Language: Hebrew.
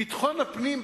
ביטחון הפנים,